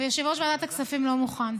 ויושב-ראש ועדת הכספים לא מוכן,